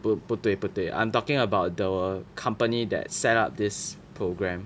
不对不对 I'm talking about the company that set up this program